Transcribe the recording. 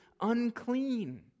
unclean